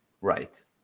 Right